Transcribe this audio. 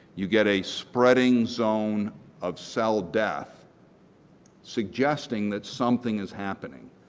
you get a spreading zone of cell death suggesting that something is happening.